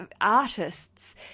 artists